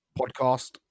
podcast